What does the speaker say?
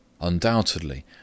undoubtedly